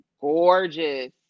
gorgeous